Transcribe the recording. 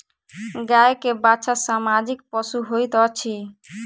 गाय के बाछा सामाजिक पशु होइत अछि